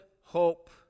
hope